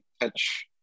catch